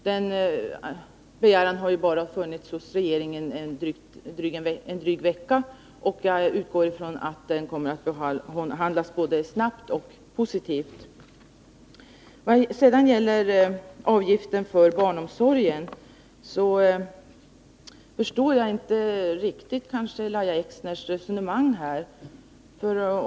Den begäran har bara funnits hos regeringen en dryg vecka. Jag utgår från att den kommer att behandlas både snart och positivt. Jag förstår inte riktigt Lahja Exners resonemang om avgiften för barnomsorg.